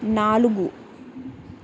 నాలుగు